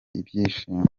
ibyishimo